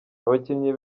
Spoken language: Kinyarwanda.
abakinnyi